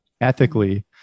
ethically